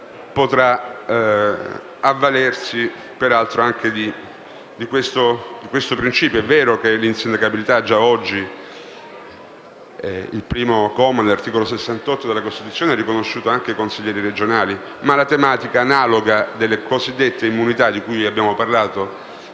potrà avvalersi anche di questo principio. È vero che già oggi la norma di cui al primo comma dell'articolo 68 della Costituzione è applicata anche ai consiglieri regionali, ma la tematica analoga delle cosiddette immunità, di cui abbiamo parlato